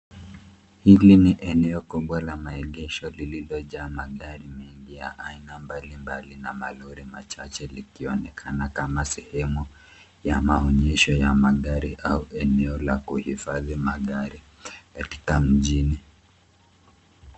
Hili ni eneo kubwa la maegesho lililojaa magari mengi ya aina mbali mbali na malori machache likionekana kama sehemu ya maonyesho ya magari au eneo la kuhifadhi magari katika mjini.